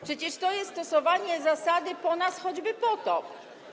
Przecież to jest stosowanie zasady: po nas choćby potop.